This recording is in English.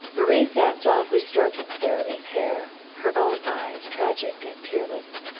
marie sat softly stroking sara lee's hair, her own eyes tragic and tearless.